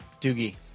Doogie